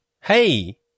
Hey